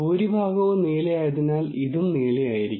ഭൂരിഭാഗവും നീലയായതിനാൽ ഇതും നീലയായിരിക്കും